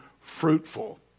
fruitful